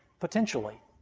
potentially.